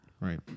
Right